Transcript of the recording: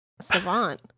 savant